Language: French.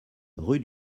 rue